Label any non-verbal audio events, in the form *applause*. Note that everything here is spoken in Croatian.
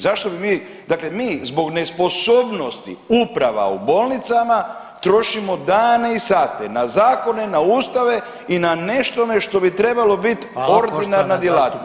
Zašto bi mi, dakle mi zbog nesposobnosti uprava u bolnicama trošimo dane i sate na zakone, na ustave i na nešto što bi trebalo biti ... *unintelligible* djelatnost.